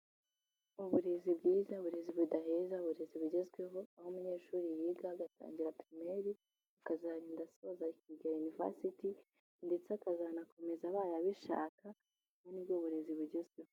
Uburezi bwiza, uburezi budaheza, uburezi bugezweho, aho umunyeshuri yiga, agatangira pirimeri akazarinda asoza akiga yunivasiti ndetse akazanakomeza abaye abishaka, ubu nibwo burezi bugezweho.